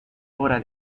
hora